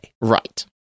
Right